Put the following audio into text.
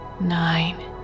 nine